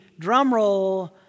drumroll